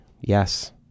yes